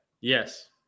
Yes